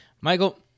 Michael